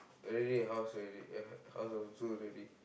really house really uh house of zoo already